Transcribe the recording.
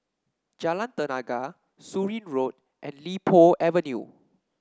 Jalan Tenaga Surin Road and Li Po Avenue